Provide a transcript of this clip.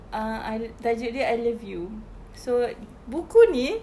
um I tajuk dia I love you so buku ini